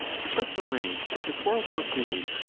to such a length did the quarrel proceed,